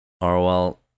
Orwell